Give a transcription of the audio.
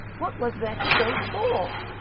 what was there to go for?